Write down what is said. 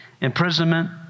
imprisonment